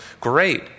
great